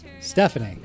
Stephanie